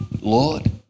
Lord